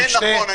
זה נכון.